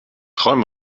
träum